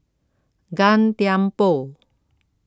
Gan Thiam Poh